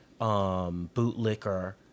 bootlicker